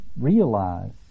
realize